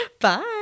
Bye